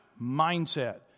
mindset